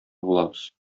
булабыз